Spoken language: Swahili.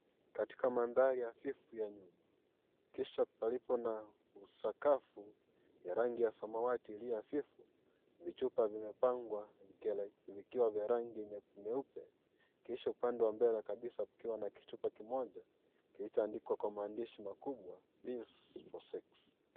Katika mandhari hafifu ya nyuma kisha palipo na sakafu ya rangi ya samawati iliyo hafifu, vichupa vimepangwa vikiwa vya rangi nyeupe kisha upande wa mbele kabisa kukiwa na kichupa kimoja kilichoandikwa kwa maandishi makubwa pills for sex .